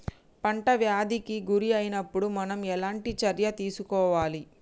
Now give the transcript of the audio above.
పంట వ్యాధి కి గురి అయినపుడు మనం ఎలాంటి చర్య తీసుకోవాలి?